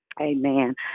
Amen